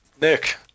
Nick